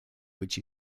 which